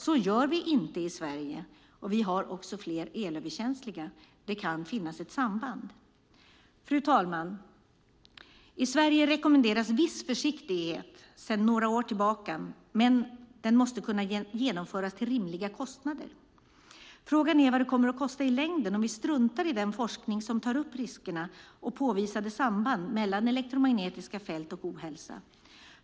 Så gör vi inte i Sverige, och vi har också fler elöverkänsliga. Det kan finnas ett samband. Fru talman! I Sverige rekommenderas sedan några år tillbaka viss försiktighet, men det måste kunna genomföras till rimliga kostnader. Frågan är vad det kommer att kosta i längden om vi struntar i den forskning som tar upp riskerna och påvisade samband mellan elektromagnetiska fält och ohälsa.